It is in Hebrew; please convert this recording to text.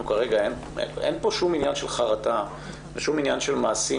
כרגע אין שום עניין חרטה ושום עניין של מעשים,